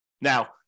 Now